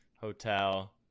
hotel